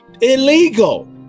illegal